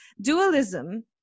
dualism